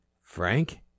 Frank